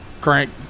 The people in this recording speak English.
crank